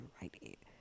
right